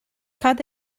cad